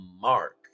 Mark